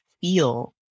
feel